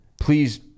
Please